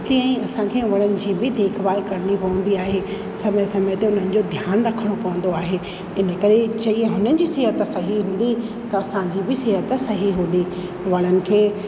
तीअं ई असांखे वणनि जी बि देखभाल करिणी पवंदी आहे समय समय ते उन्हनि जो ध्यानु रखिणो पवंदो आहे इन करे चई हाणे जी सिहत सही हूंदी त असांजी बि सिहत सही हूंदी वणनि खे